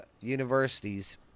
universities